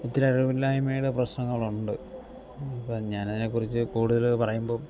ഒത്തിരി അറിവില്ലായ്മയുടെ പ്രശ്നങ്ങളുണ്ട് ഇപ്പം ഞാനതിനെക്കുറിച്ച് കൂടുതൽ പറയുമ്പം